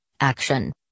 Action